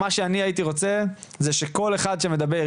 מה שאני הייתי רוצה זה שכל אחד שמדבר,